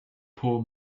poor